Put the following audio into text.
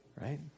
Right